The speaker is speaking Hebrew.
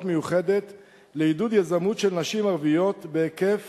מיוחדת לעידוד יזמות של נשים ערביות בהיקף